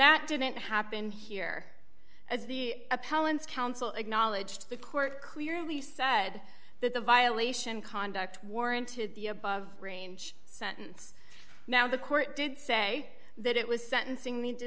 that didn't happen here as the appellant's counsel acknowledged the court clearly said that the violation conduct warranted the above range sentence now the court did say that it was sentencing